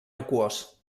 aquós